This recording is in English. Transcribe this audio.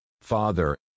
Father